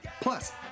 Plus